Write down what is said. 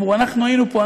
הם אמרו: אנחנו היינו פה,